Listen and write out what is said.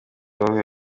bahuguye